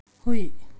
ꯍꯨꯏ